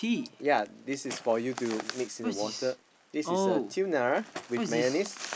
ya this is for you to mix in the water this is a tuna with mayonnaise